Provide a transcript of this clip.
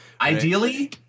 ideally